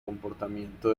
comportamiento